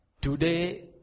Today